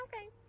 Okay